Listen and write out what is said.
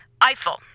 Eiffel